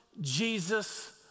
Jesus